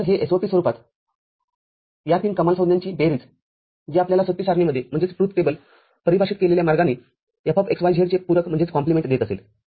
तर हे SOP स्वरूपात या तीन कमाल संज्ञांची बेरीजजे आपल्याला सत्य सारणीमध्येपरिभाषित केलेल्या मार्गाने Fx y zचे पूरक देत असेल